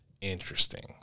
Interesting